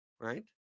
right